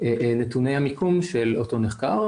נתוני המיקום של אותו נחקר.